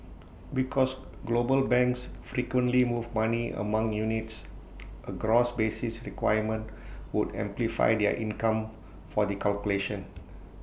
because global banks frequently move money among units A gross basis requirement would amplify their income for the calculation